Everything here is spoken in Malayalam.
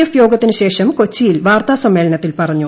എഫ് യോഗത്തിനു ശേഷം കൊച്ചിയിൽ വാർത്താ സമ്മേളനത്തിൽ പറഞ്ഞു